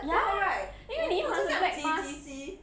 ya 因为你用它的 black mask